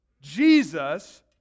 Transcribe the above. Jesus